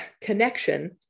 connection